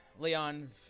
Leon